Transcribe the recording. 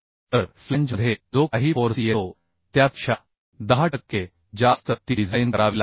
तर फ्लॅंजमध्ये जो काही फोर्स येतो त्यापेक्षा10 टक्के जास्त ती डिझाइन करावी लागते